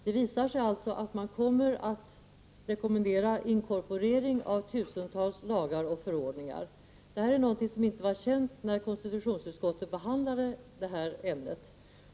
Det visar sig att man kommer att rekommendera inkorporering av tusentals lagar och förordningar. Detta är någonting som inte var känt när konstitutionsutskottet behandlade detta ämne.